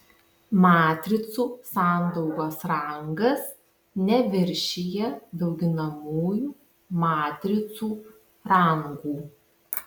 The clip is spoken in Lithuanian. matricų sandaugos rangas neviršija dauginamųjų matricų rangų